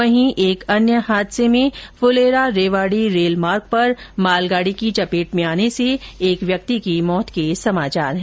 वहीं एक दूसरे हादसे में फूलेरा रेवाडी रेलमार्ग पर मालगाडी की चपेट में आने से एक व्यक्ति की मौत हो गई